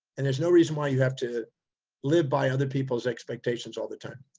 and there's no reason why you have to live by other people's expectations all the time.